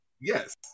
yes